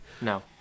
No